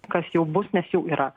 kas jau bus nes jau yra